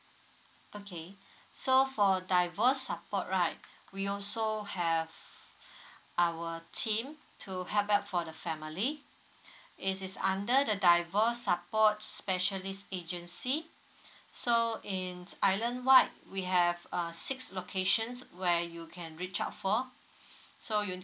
okay so for divorce support right we also have our team to help out for the family it is under the divorce support specialist agency so in islandwide we have uh six locations where you can reach out for so you